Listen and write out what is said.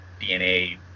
DNA